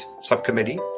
Subcommittee